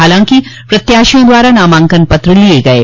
हालांकि प्रत्याशियों द्वारा नामांकन पत्र लिये गये